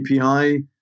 API